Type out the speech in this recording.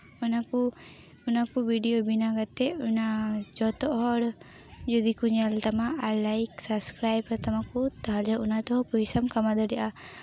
ᱚᱱᱟ ᱠᱚ ᱚᱱᱟ ᱠᱚ ᱵᱷᱤᱰᱭᱳ ᱵᱮᱱᱟᱣ ᱠᱟᱛᱮ ᱚᱱᱟ ᱡᱚᱛᱚ ᱦᱚᱲ ᱡᱩᱫᱤ ᱠᱚ ᱧᱮᱞ ᱛᱟᱢᱟ ᱟᱨ ᱞᱟᱭᱤᱠ ᱥᱟᱵᱥᱠᱨᱟᱭᱤᱵ ᱟᱛᱟᱢᱟᱠᱚ ᱛᱟᱦᱚᱞᱮ ᱚᱱᱟ ᱫᱚ ᱯᱚᱭᱥᱟᱢ ᱠᱟᱢᱟᱣ ᱫᱟᱲᱮᱭᱟᱜᱼᱟ